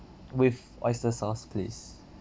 with oyster sauce please